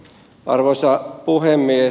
arvoisa puhemies